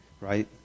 right